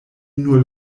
nur